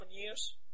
years